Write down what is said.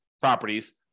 properties